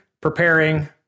preparing